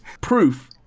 proof